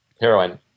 heroin